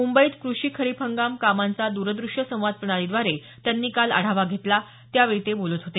मुंबईत कृषी खरीप हंगाम कामांचा द्रदृष्यसंवाद प्रणालीद्वारे त्यांनी काल आढावा घेतला त्यावेळी ते बोलत होते